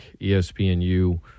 ESPNU